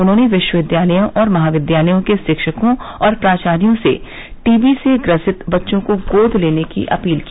उन्होंने विश्वविद्यालयों और महाविद्यालयों के शिक्षकों और प्राचार्यो से टीबी से ग्रसित बच्चों को गोद लेने की अपील की